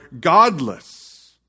godless